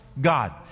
God